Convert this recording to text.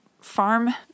Farm